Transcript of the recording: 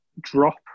drop